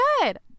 good